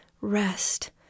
rest